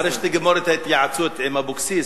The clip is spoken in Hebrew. אחרי שתגמור את ההתייעצות עם אבקסיס,